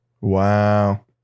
Wow